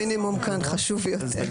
המינימום כאן חשוב יותר.